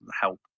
help